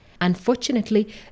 unfortunately